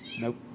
Nope